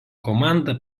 komanda